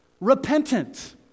repentant